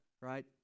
right